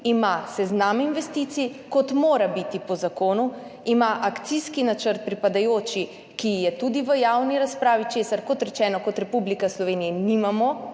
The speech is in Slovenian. ima seznam investicij, kot mora biti po zakonu, ima pripadajoč akcijski načrt, ki je tudi v javni razpravi, česar, kot rečeno, kot Republika Slovenija nimamo